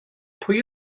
pwy